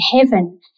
heaven